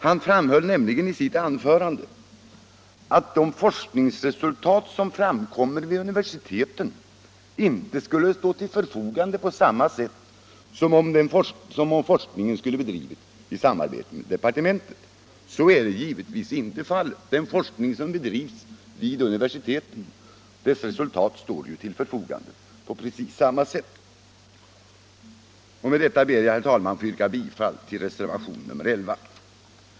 Han framhöll nämligen i sitt anförande att de forskningsresultat som framkommer vid universiteten inte skulle stå till förfogande på samma sätt som om forskningen skulle bedrivas i samarbete med departementet. Så är givetvis inte fallet. Resultaten av den forskning som bedrivs vid universiteten står till förfogande på precis samma sätt. Med detta ber jag att få yrka bifall till reservationen 11 vid inrikesutskottets betänkande nr 6.